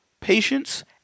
patience